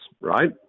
right